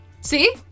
See